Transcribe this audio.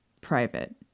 private